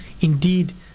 indeed